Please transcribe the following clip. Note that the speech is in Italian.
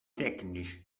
tecnici